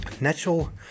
natural